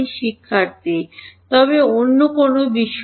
শিক্ষার্থী তবে অন্য কোনও বিষয়